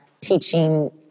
teaching